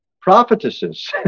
prophetesses